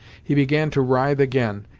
he began to writhe again,